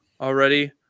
already